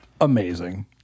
amazing